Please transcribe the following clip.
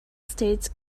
states